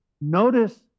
Notice